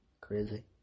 Crazy